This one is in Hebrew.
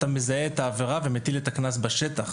אתה מזהה את העבירה ומטיל את הקנס בשטח.